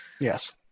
Yes